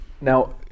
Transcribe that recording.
Now